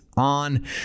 On